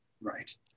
Right